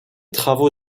travaux